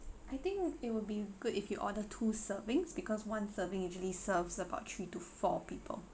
I think it would be good if you order two servings because one serving usually serves about three to four people